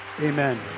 Amen